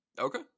Okay